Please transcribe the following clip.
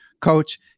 coach